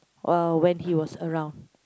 while when he was around